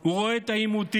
הוא רואה את העימותים,